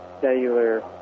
cellular